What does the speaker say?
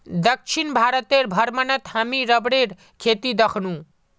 दक्षिण भारतेर भ्रमणत हामी रबरेर खेती दखनु